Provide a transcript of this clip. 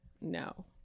no